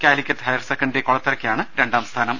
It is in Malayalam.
കാലിക്കറ്റ് ഹയർസെക്കൻഡറി കൊളത്തറയ്ക്കാണ് രണ്ടാംസ്ഥാനം